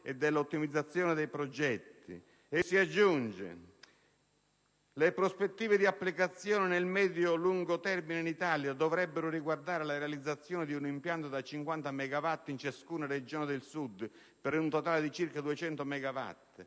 e dell'ottimizzazione dei progetti. Aggiunge, inoltre che le prospettive di applicazione nel medio-lungo termine in Italia dovrebbero riguardare la realizzazione di un impianto da 50 megawatt in ciascuna Regione del Sud, per un totale di circa 200